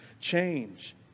change